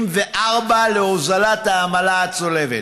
להוזלת העמלה הצולבת.